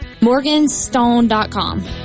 Morganstone.com